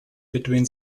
between